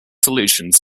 solutions